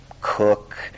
cook